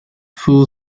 full